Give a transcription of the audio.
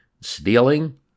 Stealing